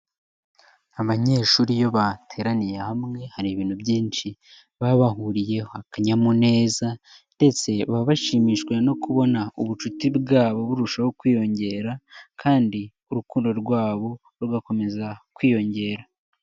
Abanyeshuri iyo bateraniye hamwe hari ibintu byinshi baba bahuriyeho. Akanyamuneza, ndetse baba bashimishwijwe no kubona ubucuti bwabo burushaho kwiyongera kandi urukundo rwabo rugakomeza kwiyongera.